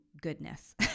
goodness